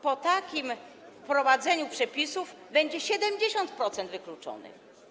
Po takim wprowadzeniu przepisów będzie 70% wykluczonych.